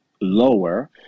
lower